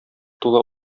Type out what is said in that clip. тулы